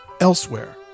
elsewhere